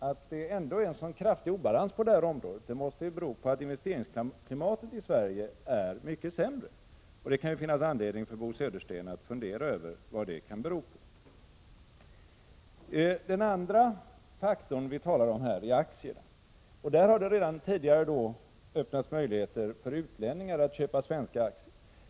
Att det ändå är en sådan kraftig obalans på detta område måste bero på att investeringsklimatet i Sverige är mycket sämre nu. Det kan finnas anledning för Bo Södersten att fundera över vad det kan bero på. Det andra vi diskuterar i dag är aktier. Det har redan tidigare öppnats möjligheter för utlänningar att köpa svenska aktier.